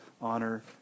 honor